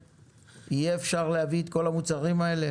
יהיה אפשר להביא את כל המוצרים האלה?